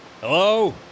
Hello